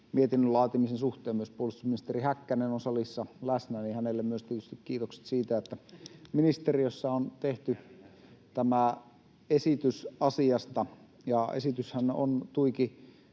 mietinnön laatimisen suhteen. Myös puolustusministeri Häkkänen on salissa läsnä, joten myös hänelle tietysti kiitokset siitä, että ministeriössä on tehty tämä esitys asiasta. Esityshän on tuiki